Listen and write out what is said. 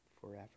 Forever